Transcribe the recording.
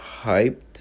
hyped